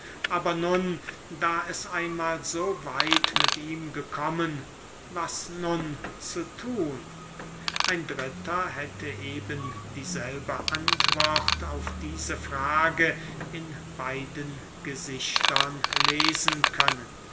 aber nun da es einmahl so weit mit ihm gekommen was nun zu thun ein dritter hätte eben dieselbe antwort auf diese frage in beiden gesichtern lesen können